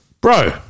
bro